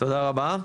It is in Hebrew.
תודה רבה.